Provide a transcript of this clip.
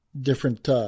different